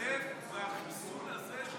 משתתף בחיסול הזה של